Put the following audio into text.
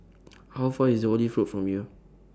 How Far IS Olive Road from here